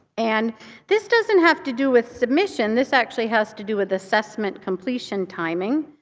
and this doesn't have to do with submission. this actually has to do with assessment completion timing.